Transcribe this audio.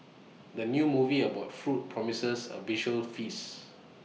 the new movie about food promises A visual feast